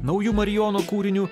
nauju marijono kūriniu